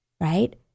right